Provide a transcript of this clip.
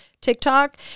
TikTok